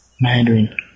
Mandarin